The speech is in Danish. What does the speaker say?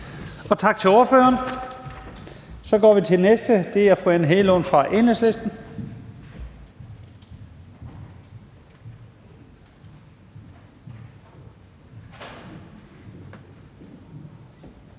Tak til ordføreren. Så går vi til næste ordfører, og det er fru Anne Hegelund fra Enhedslisten.